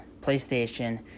PlayStation